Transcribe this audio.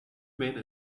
men